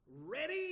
ready